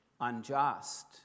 unjust